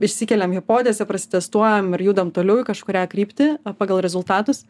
išsikeliam hipotezę prasitęstuojam ir judam toliau į kažkurią kryptį pagal rezultatus